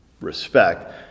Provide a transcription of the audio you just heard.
respect